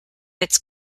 its